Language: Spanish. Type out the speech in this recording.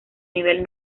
nivel